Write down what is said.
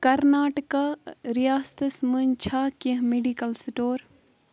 کرناٹکا ریاستس مَنٛز چھا کیٚنٛہہ مٮ۪ڈٕکل سِٹور